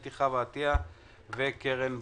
אתי חווה עטיה וקרן ברק.